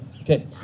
Okay